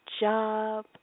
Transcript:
job